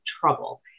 trouble